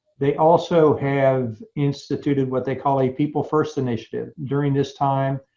they also have instituted what they call a people first initiative. during this time,